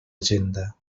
agenda